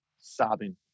sobbing